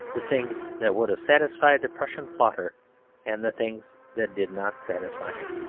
the things that would have satisfied the prussian plotter and the things that did not satisfy him.